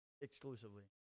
exclusively